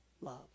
love